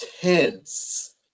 tense